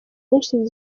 nyinshi